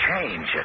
change